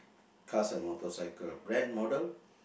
cars and motorcycle brand model